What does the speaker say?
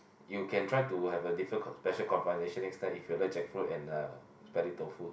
you can try to have a different com~ special combination next time if you like jackfruit and uh smelly tofu